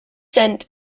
sent